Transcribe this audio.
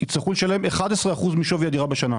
יצטרכו לשלם 11% משווי הדירה בשנה.